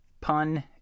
Pun